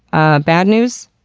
uhh, bad news,